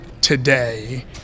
today